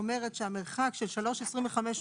אומרת שהמרחק של 3.25,